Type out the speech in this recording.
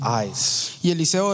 eyes